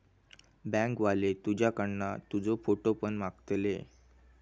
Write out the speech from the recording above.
bank वाले तुझ्याकडना तुजो फोटो पण मागतले